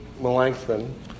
Melanchthon